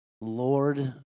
lord